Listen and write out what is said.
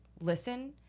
listen